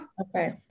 Okay